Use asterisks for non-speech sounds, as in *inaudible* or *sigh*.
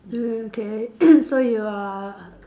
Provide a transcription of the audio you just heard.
okay *coughs* so you are